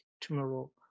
tomorrow